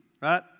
right